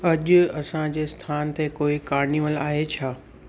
अॼु असांजे स्थान ते कोई कार्निवल आहे छा